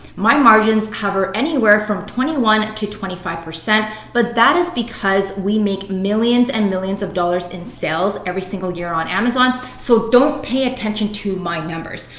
my margins hover anywhere from twenty one percent to twenty five percent but that is because we make millions and millions of dollars in sales every single year on amazon so don't pay attention to my numbers.